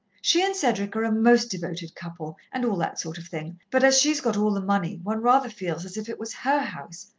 she and cedric are a most devoted couple, and all that sort of thing, but as she's got all the money, one rather feels as if it was her house.